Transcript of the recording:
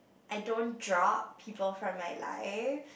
I don't drop people from my life